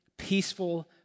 peaceful